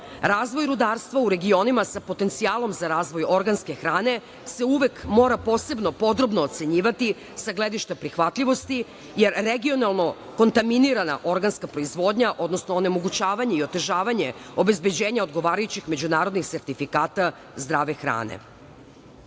rudarstva u regionima sa potencijalom za razvoj organske hrane se uvek mora posebno podrobno ocenjivati sa gledišta prihvatljivosti, jer regionalno kontaminirana organska proizvodnja, odnosno onemogućavanje i otežavanje obezbeđenja odgovarajućih međunarodnih sertifikata zdrave